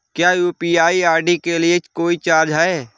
क्या UPI ID के लिए कोई चार्ज है?